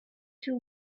two